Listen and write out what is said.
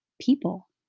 people